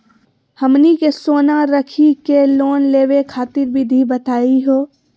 हमनी के सोना रखी के लोन लेवे खातीर विधि बताही हो?